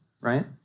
right